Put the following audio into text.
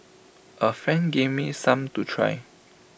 A friend gave me some to try